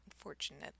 unfortunate